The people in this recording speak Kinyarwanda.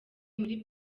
muri